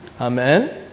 Amen